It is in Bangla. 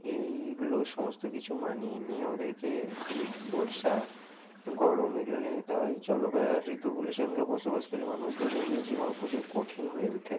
এইগুলো সমস্ত কিছু মানিয়ে নিয়ে আমাদেরকে শীত বর্ষা গরম এগুলো নিয়ে যেতে হয় জলবায়ু আর ঋতুগুলির সঙ্গে বসবাসকারী মানুষদের জন্য জীবন প্রচুর কঠিন হয়ে উঠে